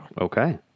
Okay